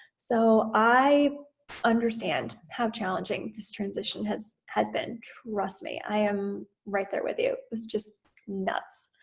so i understand how challenging this transition has has been. trust me, i am right there with you, it's just nuts.